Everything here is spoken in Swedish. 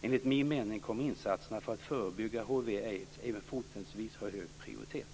Enligt min mening kommer insatserna för att förebygga hiv/aids även fortsättningsvis ha hög prioritet.